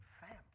family